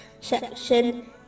section